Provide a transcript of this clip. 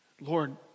Lord